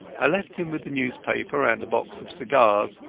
i left him with the newspaper and a box of cigars,